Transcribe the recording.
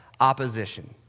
opposition